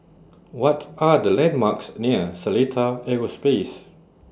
What Are The landmarks near Seletar Aerospace